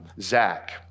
Zach